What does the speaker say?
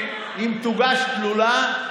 אם תוגש תלונה,